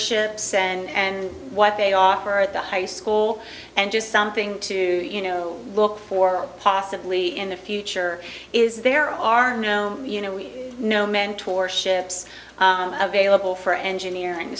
ships and what they are for the high school and just something to you know look for possibly in the future is there are no you know you know mentor ships available for engineering